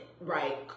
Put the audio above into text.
right